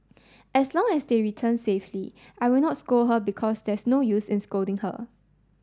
as long as they return safely I will not scold her because there's no use in scolding her